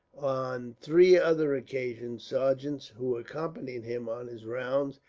on three other occasions sergeants, who accompanied him on his rounds,